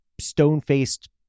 stone-faced